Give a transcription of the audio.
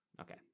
Okay